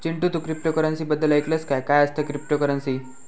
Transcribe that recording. चिंटू, तू क्रिप्टोकरंसी बद्दल ऐकलंस काय, काय असता क्रिप्टोकरंसी?